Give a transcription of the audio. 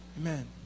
Amen